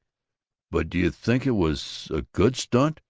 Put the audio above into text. but do you think it was a good stunt?